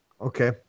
Okay